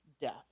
death